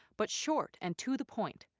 but short, and to the point.